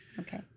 Okay